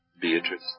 Beatrice